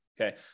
okay